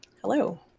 Hello